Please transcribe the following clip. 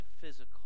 physical